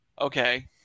Okay